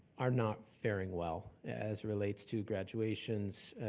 are not faring well as relates to graduations,